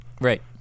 Right